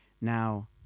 Now